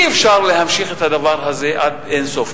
אי-אפשר להמשיך את הדבר הזה עד אין סוף.